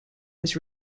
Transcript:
was